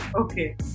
okay